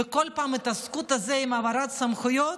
ובכל פעם ההתעסקות הזאת עם העברת סמכויות